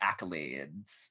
accolades